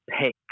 pick